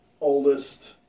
Oldest